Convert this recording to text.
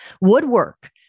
woodwork